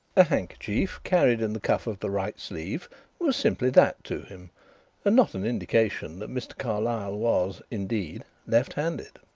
a handkerchief carried in the cuff of the right sleeve was simply that to him and not an indication that mr. carlyle was, indeed, left-handed.